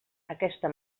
aquesta